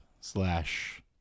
slash